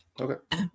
okay